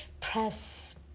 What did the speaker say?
press